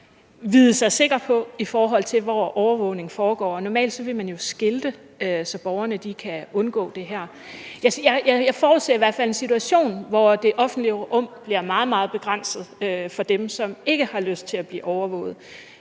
vide sig sikker, i forhold til hvor overvågning foregår. Og normalt vil man jo skilte med det, så borgerne kan undgå det her. Jeg forudser i hvert fald en situation, hvor det offentlige rum bliver meget, meget begrænset for dem, som ikke har lyst til at blive overvåget.